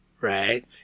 Right